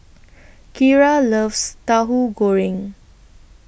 Kira loves Tauhu Goreng